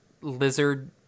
lizard